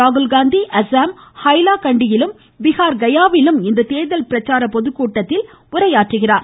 ராகுல்காந்தி அஸ்ஸாம் ஹைலாகண்டியிலும் பீகார் கயாவிலும் இன்று தேர்தல் பிரச்சார பொதுக்கூட்டத்தில் உரையாற்றுகிறார்